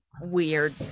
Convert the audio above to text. weird